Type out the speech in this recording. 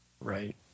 Right